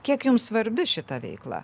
kiek jums svarbi šita veikla